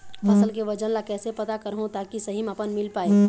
फसल के वजन ला कैसे पता करहूं ताकि सही मापन मील पाए?